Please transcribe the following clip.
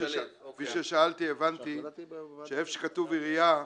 הבנתי שאיפה שכתוב "עירייה"